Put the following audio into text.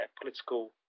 political